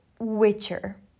Witcher